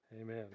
Amen